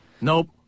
Nope